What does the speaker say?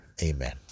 amen